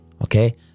okay